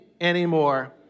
anymore